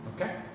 Okay